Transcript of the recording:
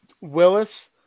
Willis